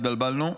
התבלבלנו,